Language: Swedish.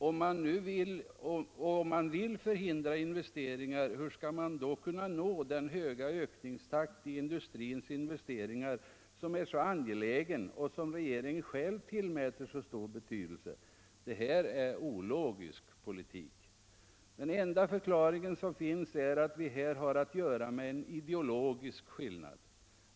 Och om man vill förhindra investeringar, hur skall man då kunna nå den höga ökningstakt i fråga om industrins investeringar som är så angelägen och som regeringen själv tillmäter så stor betydelse? Det här är ologisk politik. Den enda förklaring som finns är att vi här har att göra med en ideologisk skillnad.